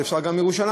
אפשר גם מירושלים,